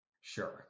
Sure